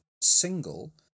single